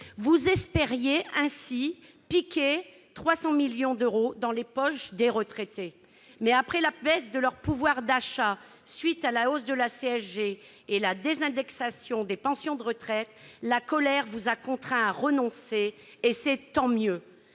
Vous espériez ainsi piquer 300 millions d'euros dans les poches des retraités. Mais après la baisse de leur pouvoir d'achat à la suite de la hausse de la CSG et de la désindexation des pensions de retraite, leur colère vous a contraints à renoncer, et c'est tant mieux